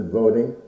voting